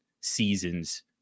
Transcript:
seasons